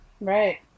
Right